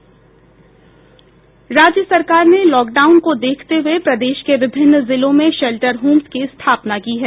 राज्य सरकार ने लॉकडाउन को देखते हुए प्रदेश के विभिन्न जिलों में शेल्टर होम्स की स्थापना की है